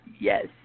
Yes